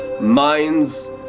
minds